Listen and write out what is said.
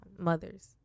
mothers